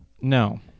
No